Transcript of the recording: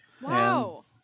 wow